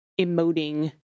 emoting